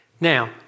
Now